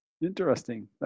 Interesting